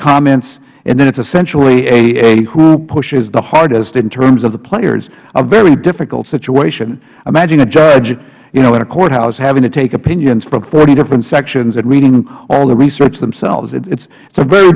comments and then it's essentially a who pushes the hardest in terms of the players a very difficult situation imagine a judge in a courthouse having to take opinions from forty different sections and reading all the research themselves it is a very